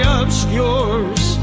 obscures